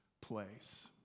place